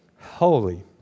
Holy